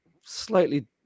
slightly